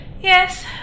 Yes